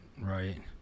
right